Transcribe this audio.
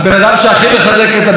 הגיע הזמן שישחרר אותה.